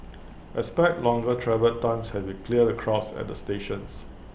expect longer travel times as we clear the crowds at the stations